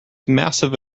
massive